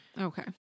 Okay